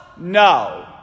No